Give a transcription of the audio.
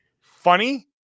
funny